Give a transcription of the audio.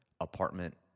apartment